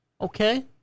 Okay